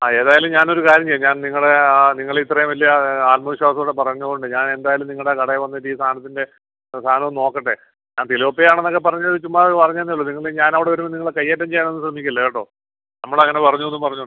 ആ ഏതായാലും ഞാൻ ഒരു കാര്യം ചെയ്യാം ഞാൻ നിങ്ങളെ ആ നിങ്ങൾ ഇത്രയും വലിയ ആത്മവിശ്വാസത്തോടെ പറഞ്ഞത് കൊണ്ട് ഞാൻ എന്തായാലും നിങ്ങളുടെ കടയിൽ വന്നിട്ട് ഈ സാധനത്തിൻ്റെ സാധനമൊന്ന് നോക്കട്ടെ ഞാൻ തിലാപ്പിയണ് എന്നൊക്കെ പറഞ്ഞത് ചുമ്മാതെ പറഞ്ഞെന്നേ ഉള്ളൂ നിങ്ങൾ ഞാൻ അവിടെ വരുമ്പോൾ നിങ്ങൾ കയ്യേറ്റം ചെയ്യാനൊന്നും ശ്രമിക്കല്ല കേട്ടോ നമ്മൾ അങ്ങനെ പറഞ്ഞു എന്നും പറഞ്ഞ്